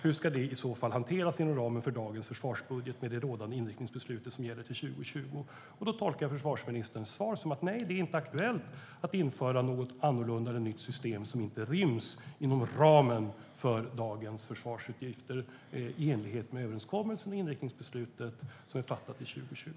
Hur ska de i så fall hanteras inom ramen för dagens försvarsbudget med det rådande inriktningsbeslut som gäller till 2020? Jag tolkar försvarsministerns svar som ett nej, att det inte är aktuellt att införa något annat eller nytt system som inte ryms inom ramen för dagens försvarsutgifter i enlighet med överenskommelsen i inriktningsbeslutet som gäller till 2020.